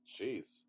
Jeez